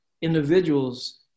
individuals